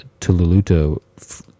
Tululuto